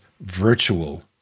virtual